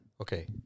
Okay